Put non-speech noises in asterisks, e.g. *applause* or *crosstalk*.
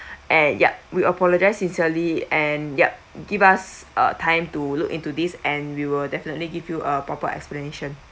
*breath* and yup we apologise sincerely and yup give us uh time to look into this and we will definitely give you a proper explanation